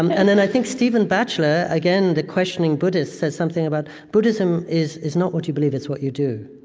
um and then, i think stephen batchelor, again, the questioning buddhist, says something about buddhism is is not what you believe, it's what you do.